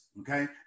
okay